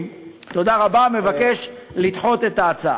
נכון, אבל חלק גדול מהשב"חים, אני גר באזור,